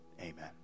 Amen